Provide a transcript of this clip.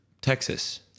Texas